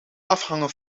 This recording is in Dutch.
afhangen